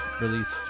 released